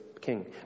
king